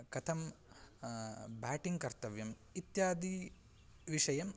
कथं ब्याटिङ् कर्तव्यम् इत्यादिविषयान्